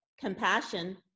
compassion